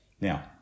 Now